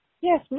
Yes